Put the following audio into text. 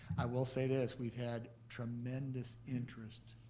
i will say this. we've had tremendous interest